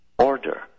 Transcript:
Order